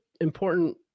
important